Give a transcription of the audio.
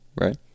right